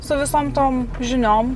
su visom tom žiniom